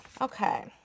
okay